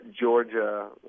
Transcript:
Georgia